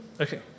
Okay